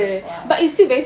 !wow!